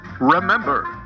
Remember